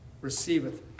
receiveth